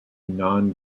not